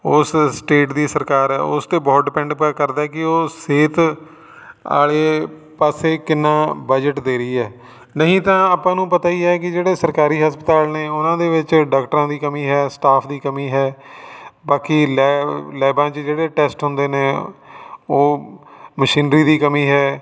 ਉਸ ਸਟੇਟ ਦੀ ਸਰਕਾਰ ਉਸ 'ਤੇ ਬਹੁਤ ਡਿਪੈਂਡ ਪ ਕਰਦਾ ਕਿ ਉਹ ਸਿਹਤ ਵਾਲੇ ਪਾਸੇ ਕਿੰਨਾ ਬਜਟ ਦੇ ਰਹੀ ਹੈ ਨਹੀਂ ਤਾਂ ਆਪਾਂ ਨੂੰ ਪਤਾ ਹੀ ਹੈ ਕਿ ਜਿਹੜੇ ਸਰਕਾਰੀ ਹਸਪਤਾਲ ਨੇ ਉਹਨਾਂ ਦੇ ਵਿੱਚ ਡਾਕਟਰਾਂ ਦੀ ਕਮੀ ਹੈ ਸਟਾਫ ਦੀ ਕਮੀ ਹੈ ਬਾਕੀ ਲੈਬ ਲੈਬਾਂ 'ਚ ਜਿਹੜੇ ਟੈਸਟ ਹੁੰਦੇ ਨੇ ਉਹ ਮਸ਼ੀਨਰੀ ਦੀ ਕਮੀ ਹੈ